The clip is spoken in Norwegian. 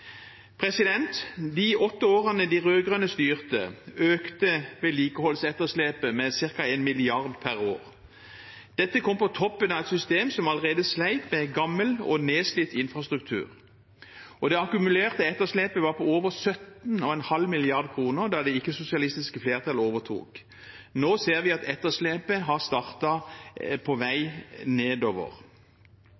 De åtte årene de rød-grønne styrte, økte vedlikeholdsetterslepet med ca. 1 mrd. kr per år. Dette kom på toppen av et system som allerede slet med gammel og nedslitt infrastruktur. Det akkumulerte etterslepet var på over 17,5 mrd. kr da det ikke-sosialistiske flertallet overtok. Nå ser vi at etterslepet er på vei